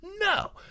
No